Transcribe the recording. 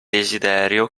desiderio